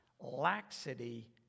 Laxity